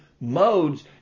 modes